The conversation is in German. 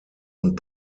und